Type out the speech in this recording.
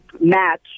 match